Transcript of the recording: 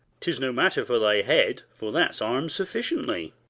tis no matter for thy head, for that's armed sufficiently.